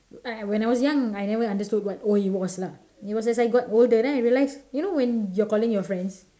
err when I was young I never understood what !oi! was lah it was as I got older then I realize you know when you are calling your friends